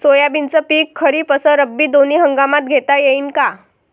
सोयाबीनचं पिक खरीप अस रब्बी दोनी हंगामात घेता येईन का?